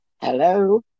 Hello